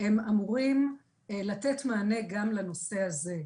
הם אמורים לתת מענה גם לנושא הזה.